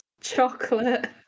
chocolate